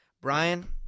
Brian